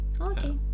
Okay